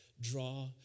Draw